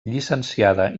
llicenciada